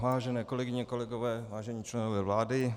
Vážené kolegyně, kolegové, vážení členové vlády.